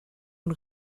von